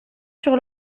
sur